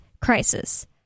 Crisis